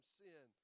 sin